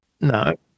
no